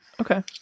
Okay